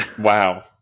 wow